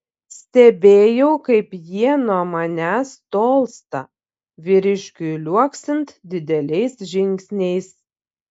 stebėjau kaip jie nuo manęs tolsta vyriškiui liuoksint dideliais žingsniais